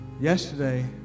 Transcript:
Yesterday